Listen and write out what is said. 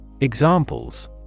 Examples